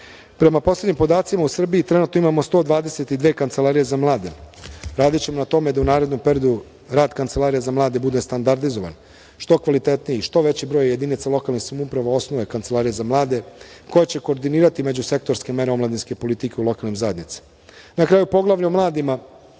poslednjim podacima u Srbiji trenutno imamo 122 kancelarije za mlade. Radićemo na tome da u narednom periodu rad kancelarija za mlade bude standardizovan, što kvalitetniji, da što veći broj jedinica lokalne samouprave osnuje kancelarije za mlade koje će koordinirati međusektorske mere omladinske politike u lokalnoj zajednici. Na